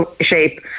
shape